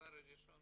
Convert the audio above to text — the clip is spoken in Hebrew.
הדבר הראשון